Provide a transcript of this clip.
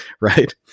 right